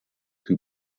two